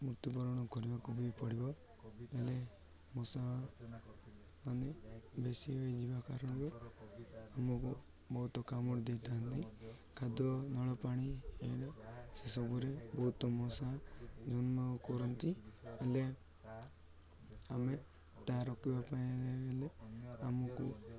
ମୃତ୍ୟୁବରଣ କରିବାକୁ ବି ପଡ଼ିବ ହେଲେ ମଶାମାନେ ବେଶୀ ହୋଇଯିବା କାରଣରେ ଆମକୁ ବହୁତ କାମୁଡ଼ି ଦେଇଥାନ୍ତି ଖାଦ୍ୟ ନଳପାଣି ଏ ସେସବୁରେ ବହୁତ ମଶା ଯନ୍ମ କରନ୍ତି ହେଲେ ଆମେ ତା ରୋକିବା ପାଇଁ ହେଲେ ଆମକୁ